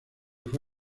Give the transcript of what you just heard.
fue